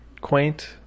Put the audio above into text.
quaint